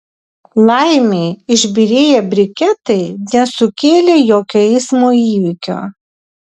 laimei išbyrėję briketai nesukėlė jokio eismo įvykio